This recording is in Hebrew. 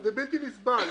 זה בלתי נסבל.